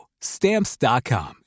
Stamps.com